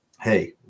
hey